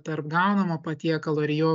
tarp gaunamo patiekalo ir jo